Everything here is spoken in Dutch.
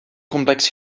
complex